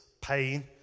pain